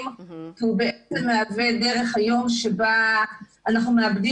כי הוא בעצם מהווה דרך היום שבה אנחנו מאבדים